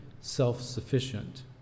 self-sufficient